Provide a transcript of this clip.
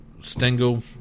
Stengel